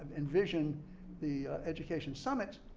envisioned the education summit,